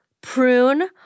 prune